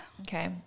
okay